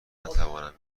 نتوانم